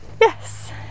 Yes